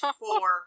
four